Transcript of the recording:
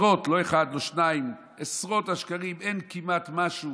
לא אחד ולא שניים, עשרות השקרים, אין כמעט משהו